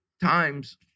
times